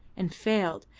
and failed.